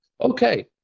okay